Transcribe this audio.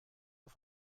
auf